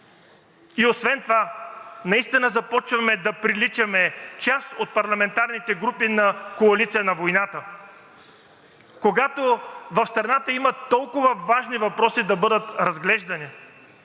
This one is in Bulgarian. Освен това наистина започваме да приличаме, част от парламентарните групи, на коалиция на войната. Когато в страната има толкова важни въпроси да бъдат разглеждани